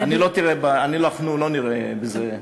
אנחנו לא נראה בזה,